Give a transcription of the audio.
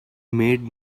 made